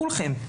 כולכם.